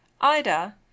Ida